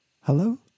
hello